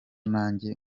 nanjye